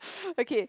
okay